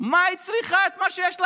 מה היא צריכה את מה שיש לערבים?